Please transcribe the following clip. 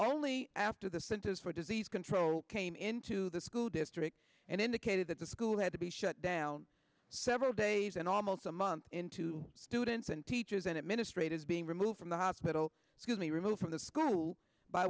only after the centers for disease control came into the school district and indicated that the school had to be shut down several days and almost a month into students and teachers and administrators being removed from the hospital excuse me remove from the school by